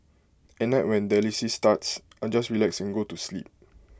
at night when dialysis starts I just relax and go to sleep